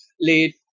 late